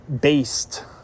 based